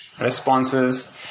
responses